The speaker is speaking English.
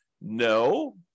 No